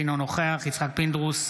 אינו נוכח יצחק פינדרוס,